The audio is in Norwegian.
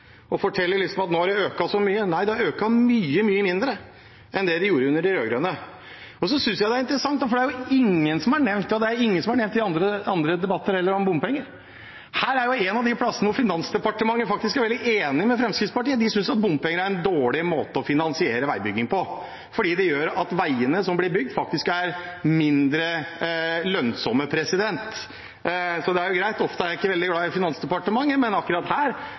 fortelle at nå har det økt så mye. Nei, det har økt mye mindre enn det det gjorde under de rød-grønne. Så synes jeg det er interessant, for det er ingen som har nevnt bompenger i andre debatter. Dette er jo en av stedene hvor Finansdepartementet faktisk er veldig enig med Fremskrittspartiet. De synes at bompenger er en dårlig måte å finansiere veibygging på fordi det gjør at veiene som blir bygd, faktisk er mindre lønnsomme. Ofte er jeg ikke veldig glad i Finansdepartementet, men akkurat her